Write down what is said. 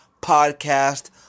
Podcast